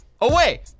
away